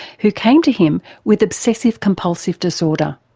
who came to him with obsessive compulsive disorder.